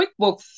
QuickBooks